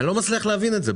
אני לא מצליח להבין את זה.